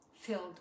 filled